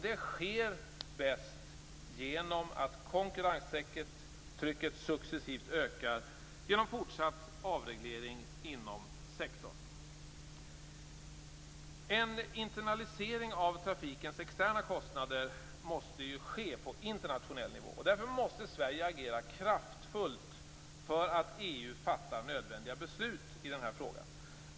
Det sker bäst genom att konkurrenstrycket successivt ökar genom fortsatt avreglering inom sektorn. En internalisering av trafikens externa kostnader måste ske på internationell nivå. Sverige måste därför agera kraftfullt för att EU skall fatta nödvändiga beslut i denna fråga.